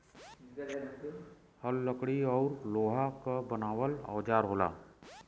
हल लकड़ी औरु लोहा क बनावल औजार होला